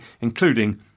including